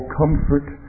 comfort